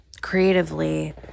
creatively